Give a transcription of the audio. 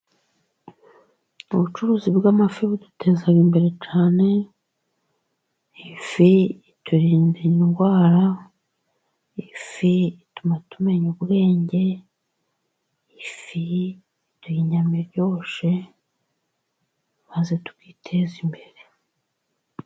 UIbucuruzi bw' amafi buduteza imbere cyane, ifi iturinda indwara, ifi ituma tumenya ubwenge, ifi igira inyama iryoshye, maze tukiteza imbere.